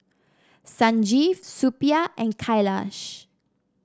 Sanjeev Suppiah and Kailash